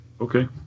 Okay